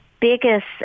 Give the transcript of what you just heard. biggest